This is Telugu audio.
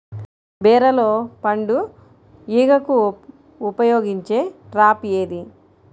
బీరలో పండు ఈగకు ఉపయోగించే ట్రాప్ ఏది?